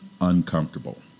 uncomfortable